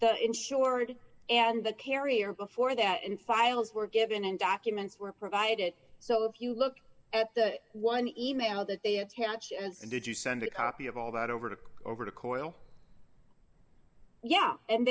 the insured and the carrier before that and files were given and documents were provided so if you look at the one e mail that they attach and did you send a copy of all that over to over to cornell yeah and